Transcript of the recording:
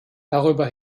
darüber